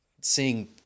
seeing